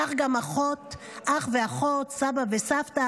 כך גם אח ואחות, סבא וסבתא.